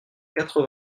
quatre